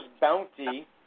bounty